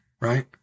right